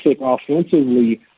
offensively